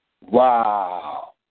Wow